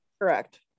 Correct